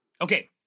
Okay